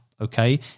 okay